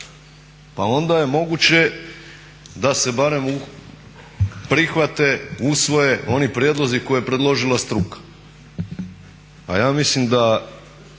pa onda je moguće da se barem prihvate, usvoje oni prijedlozi koje je predložila struka. A ja mislim da